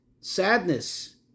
sadness